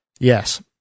Yes